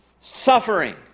suffering